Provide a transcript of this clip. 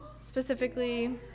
specifically